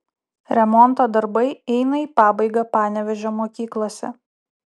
remonto darbai eina į pabaigą panevėžio mokyklose